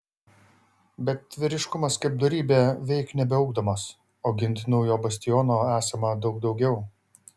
bet vyriškumas kaip dorybė veik nebeugdomas o gintinų jo bastionų esama daug daugiau